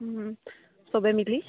সবেই মিলি